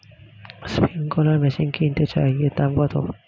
Sprinkler machine কিনতে চাই এর দাম কত?